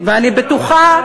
ואני בטוחה,